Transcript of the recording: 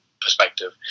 perspective